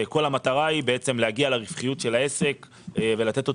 כל המטרה היא בעצם להגיע לרווחיות של העסק ולתת לו